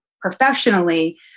professionally